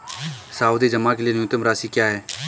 सावधि जमा के लिए न्यूनतम राशि क्या है?